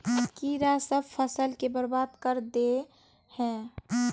कीड़ा सब फ़सल के बर्बाद कर दे है?